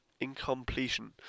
incompletion